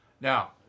Now